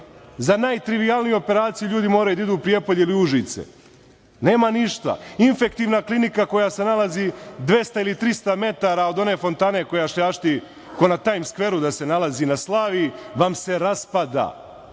za najtrivijalniju operaciju ljudi moraju da idu u Prijepolje ili u Užice. Nema ništa. Infektivna klinika koja se nalazi 200 ili 300 metara od one fontane koja šljašti ko na „Tajms skveru“ da se nalazi na Slaviji vas se raspada.